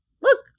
look